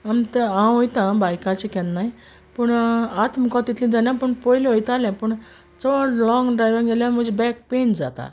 आमी हांव वोयता बायकाचे केन्नाय पूण आतां मुको तितलें जायना पूण पोयलीं वोयतालें पूण चोड लोंग ड्रायव्हींग केल्यार म्हुजी बॅक पेन जाता